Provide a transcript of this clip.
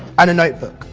and a notebook,